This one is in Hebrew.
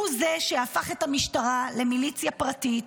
הוא זה שהפך את המשטרה למיליציה פרטית,